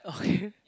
okay